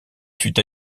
fut